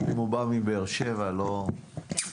בבקשה.